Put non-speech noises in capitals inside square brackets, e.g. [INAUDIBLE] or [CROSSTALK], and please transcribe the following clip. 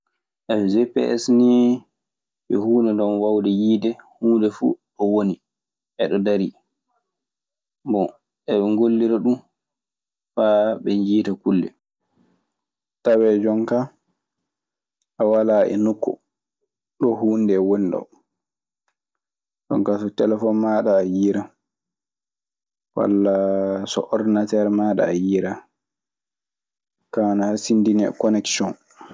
[HESITATION] GPS nii yo huunde non wawnde yiide huunde fuu ɗo woni, e ɗo darii. Bon, eɓe ngollira ɗum faa ɓe njiita kule. Tawee jonka a walaa enokku ɗo huunde ndee woni ɗoo. Jonkaa so telefon maaɗa a yiiran walla so ordinateer maaɗa a yiiran. Kaa ana hasindinii e konekson.